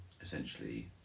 Essentially